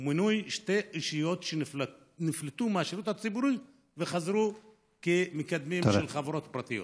ומינו שני אנשים שנפלטו מהשירות הציבורי וחזרו כמקדמים של חברות פרטיות.